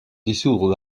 dissoudre